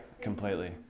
completely